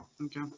Okay